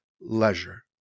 leisure